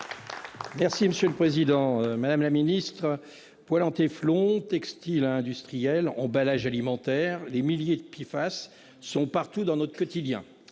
Merci, monsieur le Président Madame la Ministre poêle en téflon textiles industriels emballages alimentaires, les milliers de qui fasse sont partout dans notre quotidien.